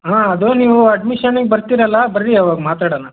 ಹಾಂ ಅದು ನೀವು ಅಡ್ಮಿಶನಿಗೆ ಬರ್ತೀರಲ್ಲ ಬರ್ರೀ ಆವಾಗ ಮಾತಾಡಣ